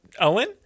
Owen